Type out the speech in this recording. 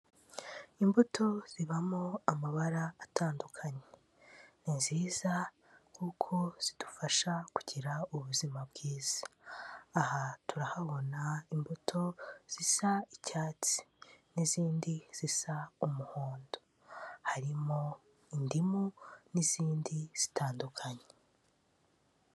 Imbuto zibamo amabara atandukanye, ni nziza kuko zidufasha kugira ubuzima bwiza, aha turahabona imbuto zisa icyatsi n'izindi zisa umuhondo, harimo indimu n'izindi zitandukanye.